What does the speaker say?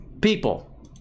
people